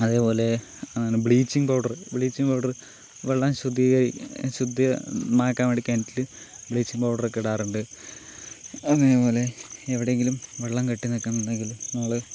അതേപോലെ എന്താണ് bleaching powder bleaching powder വെള്ളം ശുദ്ധീക ശുദ്ധമാക്കാൻ വേണ്ടി കിണറ്റില് ബ്ലീച്ചിങ്ങ് പൗഡറൊക്കെ ഇടാറുണ്ട് അതേപോലെ എവിടെയെങ്കിലും വെള്ളം കെട്ടിനിൽക്കുന്നുണ്ടെങ്കിൽ നമ്മള്